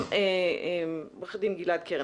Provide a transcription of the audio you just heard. עו"ד גלעד קרן,